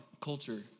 culture